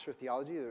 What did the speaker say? theology